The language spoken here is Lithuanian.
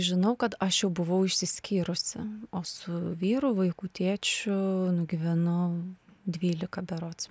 žinau kad aš jau buvau išsiskyrusi o su vyru vaikų tėčiu nugyvenau dvylika berods